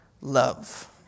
love